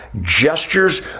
gestures